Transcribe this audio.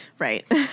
right